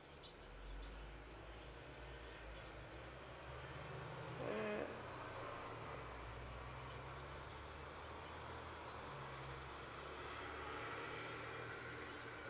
mm